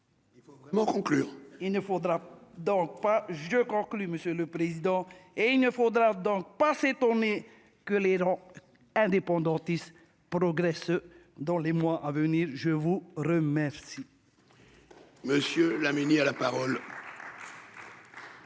je conclus Monsieur le Président, et il ne faudra donc pas s'étonner que les non indépendantistes progresse dans les mois à venir, je vous remercie.